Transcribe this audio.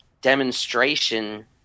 demonstration